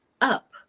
up